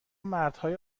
مردهای